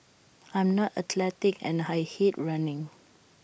I am not athletic and I hate running